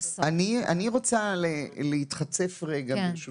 אני רוצה להתחצף רגע, ברשותך.